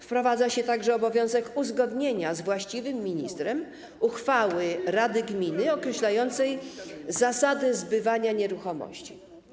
Wprowadza się także obowiązek uzgodnienia z właściwym ministrem uchwały rady gminy określającej zasady zbywania nieruchomości.